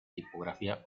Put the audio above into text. tipografía